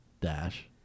Dash